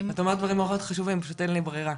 דברים מאוד חשובים פשוט אין לי ברירה.